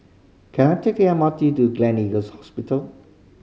can I take M R T to Gleneagles Hospital